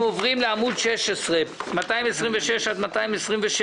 אנחנו עוברים לעמוד 16, פניות מספר 226 227